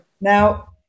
now